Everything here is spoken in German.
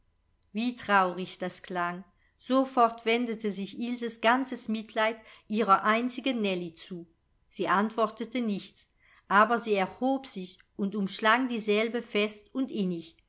wie traurig das klang sofort wendete sich ilses ganzes mitleid ihrer einzigen nellie zu sie antwortete nichts aber sie erhob sich und umschlang dieselbe fest und innig